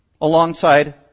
alongside